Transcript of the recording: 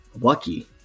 Lucky